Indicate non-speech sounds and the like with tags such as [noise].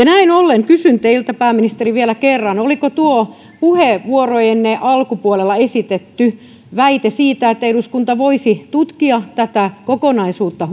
[unintelligible] näin ollen kysyn teiltä pääministeri vielä kerran oliko tuo puheenvuoronne alkupuolella esitetty väite siitä että eduskunta voisi tutkia tätä kokonaisuutta [unintelligible]